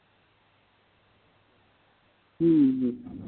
ᱦᱩᱸ ᱦᱩᱸ